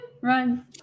run